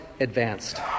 advanced